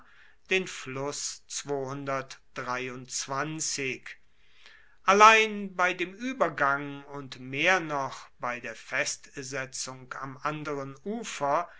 den fluss allein bei dem uebergang und mehr noch bei der festsetzung am anderen ufer